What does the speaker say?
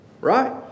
right